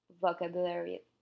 vocabulary